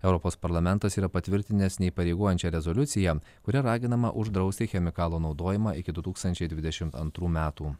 europos parlamentas yra patvirtinęs neįpareigojančią rezoliuciją kuria raginama uždrausti chemikalo naudojimą iki du tūkstančiai dvidešim antrų metų